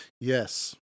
Yes